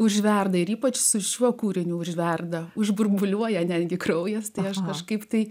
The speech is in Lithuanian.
užverda ir ypač su šiuo kūriniu užverda už burbuliuoja netgi kraujas tai aš kažkaip tai